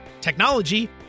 technology